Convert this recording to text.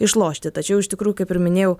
išlošti tačiau iš tikrųjų kaip ir minėjau